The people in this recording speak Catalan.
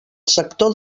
sector